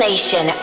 Nation